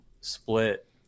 split